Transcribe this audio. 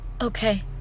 Okay